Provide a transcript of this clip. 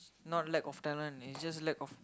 not lack of talent is just lack of